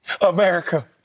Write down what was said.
America